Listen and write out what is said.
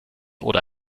oder